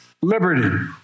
Liberty